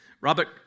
Robert